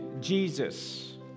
Jesus